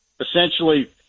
Essentially